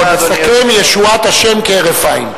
אסכם, "ישועת ה' כהרף עין".